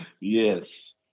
Yes